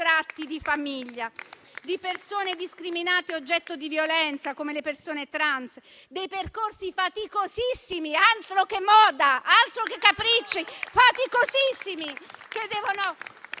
persone discriminate, oggetto di violenza, come le persone trans, e dei percorsi faticosissimi - altro che moda, altro che capricci! - che devono